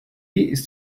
ist